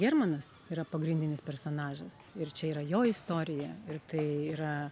germanas yra pagrindinis personažas ir čia yra jo istorija ir tai yra